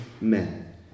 men